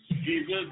Jesus